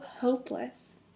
hopeless